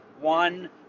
one